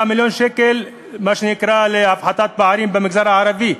מיליון שקל למה שנקרא הפחתת פערים במגזר הערבי?